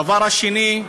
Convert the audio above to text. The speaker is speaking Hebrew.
הדבר השני,